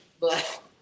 but-